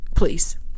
please